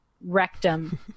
rectum